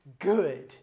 good